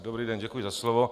Dobrý den, děkuji za slovo.